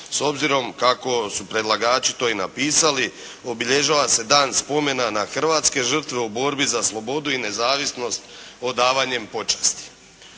S obzirom kako su predlagači to i napisali, obilježava se dan spomena na hrvatske žrtve u borbi za slobodu i nezavisnost odavanjem počasti.